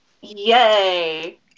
Yay